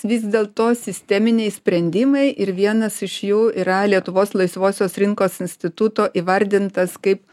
vis dėlto sisteminiai sprendimai ir vienas iš jų yra lietuvos laisvosios rinkos instituto įvardintas kaip